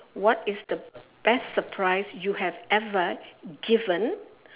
what is the best surprise you have ever given